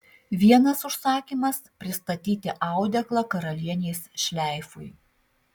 vienas užsakymas pristatyti audeklą karalienės šleifui